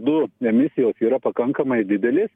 du emisijos yra pakankamai didelės